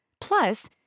Plus